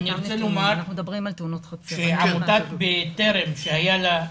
עמותת "בטרם",